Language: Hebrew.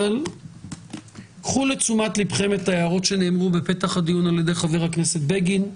אבל קחו לתשומת לבכם את ההערות שנאמרו בפתח הדיון ע"י חבר הכנסת בגין,